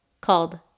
called